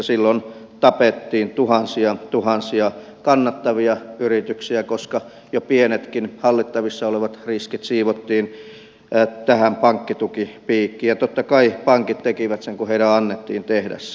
silloin tapettiin tuhansia tuhansia kannattavia yrityksiä koska jo pienetkin hallittavissa olevat riskit siivottiin tähän pankkitukipiikkiin ja totta kai pankit tekivät sen kun heidän annettiin tehdä se